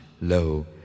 Lo